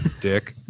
Dick